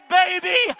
baby